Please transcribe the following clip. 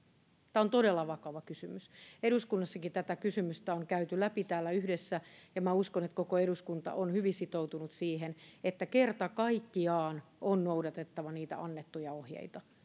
tämä on todella vakava kysymys eduskunnassakin tätä kysymystä on käyty läpi täällä yhdessä ja minä uskon että koko eduskunta on hyvin sitoutunut siihen että kerta kaikkiaan on noudatettava niitä annettuja ohjeita